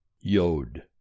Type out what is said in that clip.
YOD